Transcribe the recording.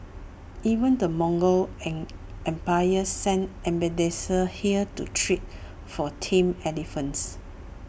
even the Mongol empire sent ambassadors here to trade for tame elephants